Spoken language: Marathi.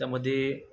त्यामध्ये